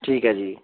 ਠੀਕ ਹੈ ਜੀ